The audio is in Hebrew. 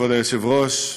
כבוד היושב-ראש,